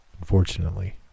Unfortunately